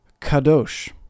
kadosh